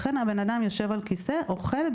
לכן האדם יושב על כיסא ואוכל,